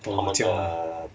orh 这样 lah